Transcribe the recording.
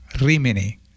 Rimini